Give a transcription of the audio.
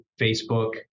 Facebook